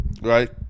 right